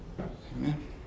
Amen